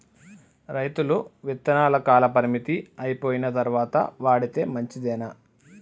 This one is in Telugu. రైతులు విత్తనాల కాలపరిమితి అయిపోయిన తరువాత వాడితే మంచిదేనా?